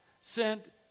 sent